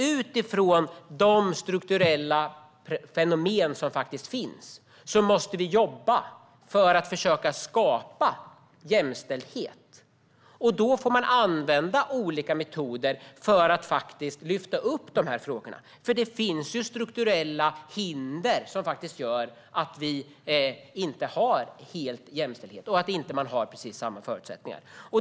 Utifrån de strukturella fenomen som finns måste vi jobba för att försöka skapa jämställdhet. Då får man använda olika metoder för att lyfta upp dessa frågor. Det finns strukturella hinder som gör att vi inte har jämställdhet fullt ut och att människor inte har precis samma förutsättningar.